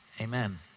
amen